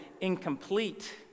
incomplete